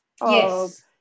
Yes